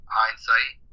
hindsight